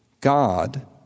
God